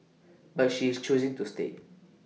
but she is choosing to stay